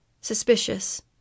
suspicious